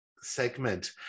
segment